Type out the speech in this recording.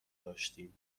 داشتیم